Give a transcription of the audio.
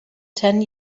ten